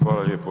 Hvala lijepo.